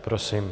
Prosím.